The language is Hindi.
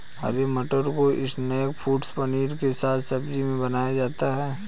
हरे मटर को स्नैक फ़ूड पनीर के साथ सब्जी में बनाया जाता है